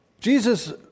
Jesus